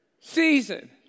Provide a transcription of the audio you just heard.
season